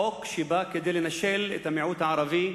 חוק שבא כדי לנשל את המיעוט הערבי,